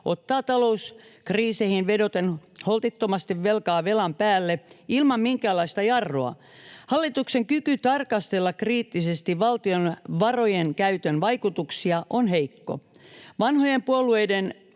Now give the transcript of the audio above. ottaa talouskriiseihin vedoten holtittomasti velkaa velan päälle ilman minkäänlaista jarrua. Hallituksen kyky tarkastella kriittisesti valtion varojen käytön vaikutuksia on heikko. Vanhojen puolueiden